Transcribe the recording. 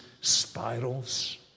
spirals